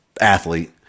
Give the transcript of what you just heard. athlete